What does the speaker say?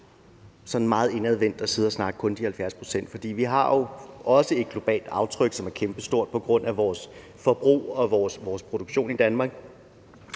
meget indadvendt kun at sidde og snakke om de 70 pct., for vi har jo også et globalt aftryk, som er kæmpestort på grund af vores forbrug og vores produktion i Danmark.